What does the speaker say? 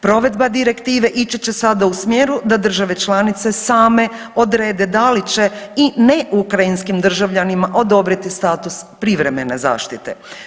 Provedba direktive ići će sada u smjeru da države članice same odrede da li će i ne ukrajinskim državljanima odobriti status privremene zaštite.